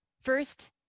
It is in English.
First